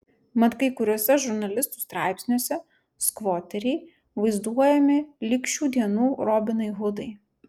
mat kai kuriuose žurnalistų straipsniuose skvoteriai vaizduojami lyg šių dienų robinai hudai